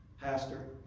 Pastor